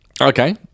Okay